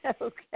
Okay